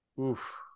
Oof